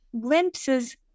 glimpses